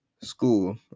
school